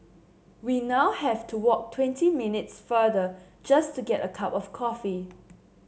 we now have to walk twenty minutes farther just to get a cup of coffee